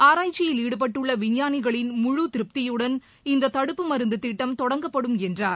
ஆராய்க்சியில் ஈடுபட்டுள்ள விஞ்ஞானிகளின் முழு திருப்தியுடன் இந்த தடுப்பு மருந்து திட்டம் தொடங்கப்படும் என்றார்